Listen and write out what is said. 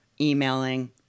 emailing